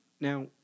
Now